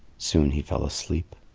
soon he fell asleep.